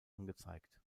angezeigt